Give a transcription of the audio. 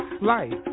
life